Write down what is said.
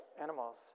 animals